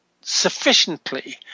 sufficiently